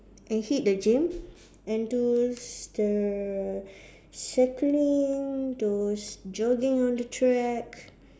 and hit the gym and those the cycling those jogging on the track